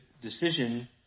decision